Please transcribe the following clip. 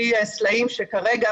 הביא סלעים שכרגע,